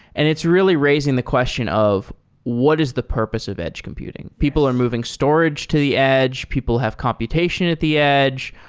and it's really raising the question of what is the purpose of edge computing. people are moving storage to the edge. people have computation at the edge.